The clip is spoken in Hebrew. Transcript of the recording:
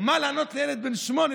מה לענות לילד בן שמונה,